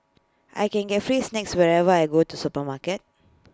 I can get free snacks whenever why go to supermarket